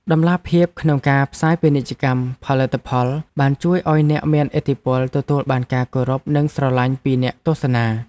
តម្លាភាពក្នុងការផ្សាយពាណិជ្ជកម្មផលិតផលបានជួយឱ្យអ្នកមានឥទ្ធិពលទទួលបានការគោរពនិងស្រឡាញ់ពីអ្នកទស្សនា។